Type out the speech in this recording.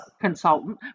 consultant